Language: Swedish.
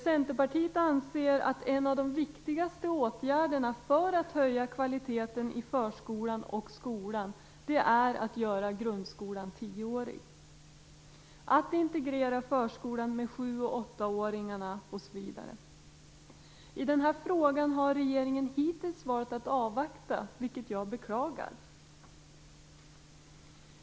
Centerpartiet anser att en av de viktigaste åtgärderna för att höja kvaliteten i förskolan och skolan är att göra grundskolan tioårig, att integrera förskolan med sju och åttaåringarna osv. I denna fråga har regeringen hittills valt att avvakta, vilket jag beklagar.